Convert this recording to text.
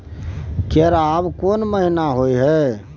केराव कोन महीना होय हय?